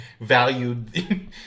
valued